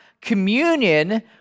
communion